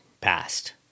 Past